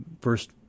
First